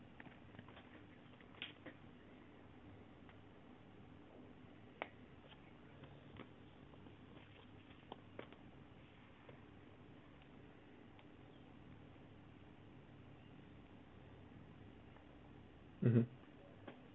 mmhmm